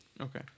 Okay